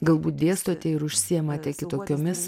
galbūt dėstote ir užsiimate kitokiomis